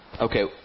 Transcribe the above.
okay